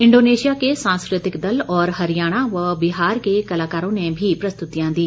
Indonesia के सांस्कृतिक दल व हरियाणा और बिहार के कलाकारों ने भी प्रस्तुतियां दी